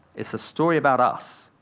it's a story about us,